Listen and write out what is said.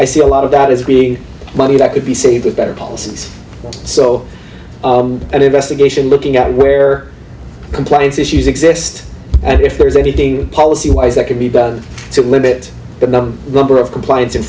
i see a lot of that is being money that could be saved with better policies so an investigation looking at where compliance issues exist and if there's anything policy wise that could be done so live it but the number of compliance